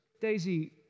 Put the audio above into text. Daisy